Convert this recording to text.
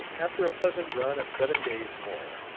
after a pleasant run of seven days more,